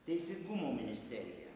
teisingumo ministerija